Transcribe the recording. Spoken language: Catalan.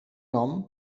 nom